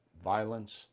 violence